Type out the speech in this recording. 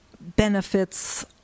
benefits